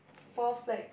four flags